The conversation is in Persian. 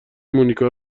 مونیکا